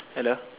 hello